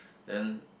then